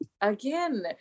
again